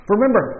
Remember